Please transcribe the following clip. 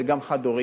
זה גם חד-הוריים,